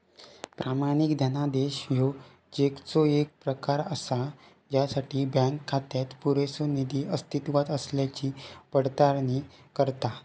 प्रमाणित धनादेश ह्यो चेकचो येक प्रकार असा ज्यासाठी बँक खात्यात पुरेसो निधी अस्तित्वात असल्याची पडताळणी करता